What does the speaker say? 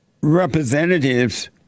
representatives